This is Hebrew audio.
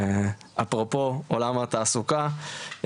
אפרופו עולם התעסוקה,